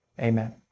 Amen